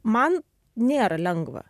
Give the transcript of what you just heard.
man nėra lengva